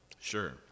sure